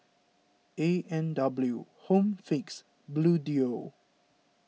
A and W Home Fix Bluedio